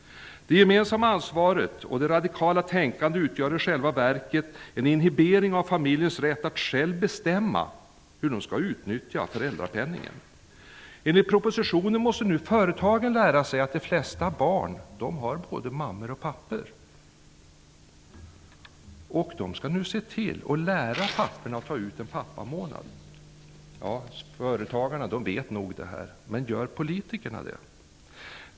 Det gemensamma ansvaret och det radikala tänkandet utgör i själva verket en inhibering av familjens rätt att själv bestämma hur den skall utnyttja föräldrapenningen. Enligt propositionen måste företagen nu lära sig att de flesta barn har både mammor och pappor, och man skall nu lära papporna att ta ut sin pappamånad. Företagarna vet nog detta -- men gör politikerna det?